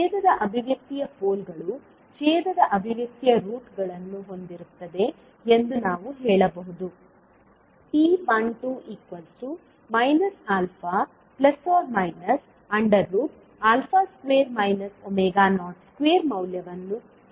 ಛೇದದ ಅಭಿವ್ಯಕ್ತಿಯ ಪೋಲ್ಗಳು ಛೇದದ ಅಭಿವ್ಯಕ್ತಿಯ ರೂಟ್ಗಳನ್ನು ಹೊಂದಿರುತ್ತದೆ ಎಂದು ನಾವು ಹೇಳಬಹುದು p12 α±2 02 ಮೌಲ್ಯವನ್ನು ಹೊಂದಿರುತ್ತದೆ